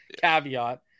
Caveat